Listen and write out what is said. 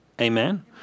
Amen